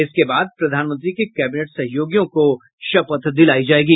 इसके बाद प्रधानमंत्री के कैबिनेट सहयोगियों को शपथ दिलायी जायेगी